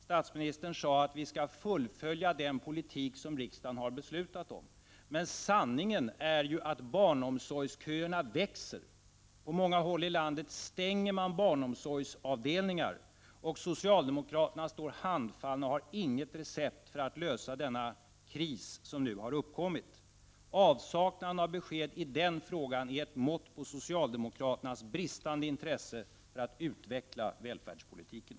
Statsministern sade att man skall fullfölja den politik som riksdagen har beslutat om. Men sanningen är ju att barnomsorgsköerna växer. På många håll i landet stänger man barnomsorgsavdelningar. Socialdemokraterna står handfallna. De har inget recept för att lösa den kris som nu har uppkommit. Avsaknaden av besked i den frågan är ett mått på socialdemokraternas bristande intresse för att utveckla välfärdspolitiken.